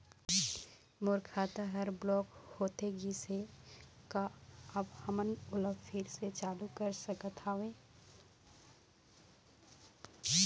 मोर खाता हर ब्लॉक होथे गिस हे, का आप हमन ओला फिर से चालू कर सकत हावे?